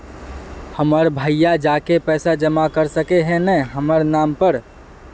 हमर भैया जाके पैसा जमा कर सके है न हमर नाम पर?